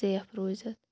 safe روٗزِتھ